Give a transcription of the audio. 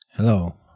Hello